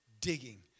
digging